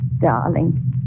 Darling